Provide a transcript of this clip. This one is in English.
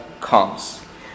comes